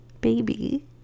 baby